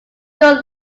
don’t